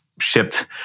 shipped